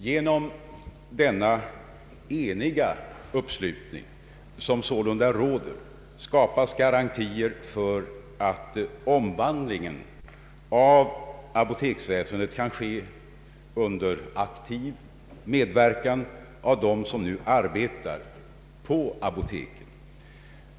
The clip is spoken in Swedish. Genom den eniga uppslutning som sålunda råder skapas garantier för att omvandlingen av apoteksväsendet kan ske under aktiv medverkan av dem som arbetar på apoteken.